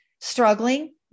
struggling